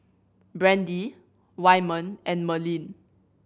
Brandie Wyman and Merlene